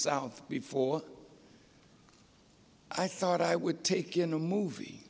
south before i thought i would take in a movie